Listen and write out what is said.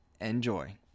Enjoy